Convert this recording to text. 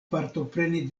partopreni